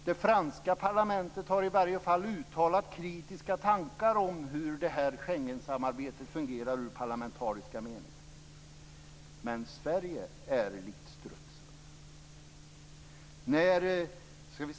Det franska parlamentet har i varje fall uttalat kritiska tankar om hur Schengensamarbetet fungerar i parlamentarisk mening. Men Sverige är likt strutsen.